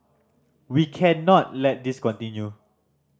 we cannot let this continue